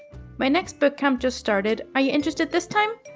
my next bootcamp just started. are you interested this time?